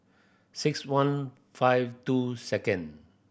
six one five two second